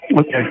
Okay